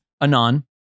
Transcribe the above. Anon